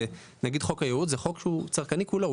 חוק הייעוץ זה חוק שהוא צרכני כולו,